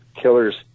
killers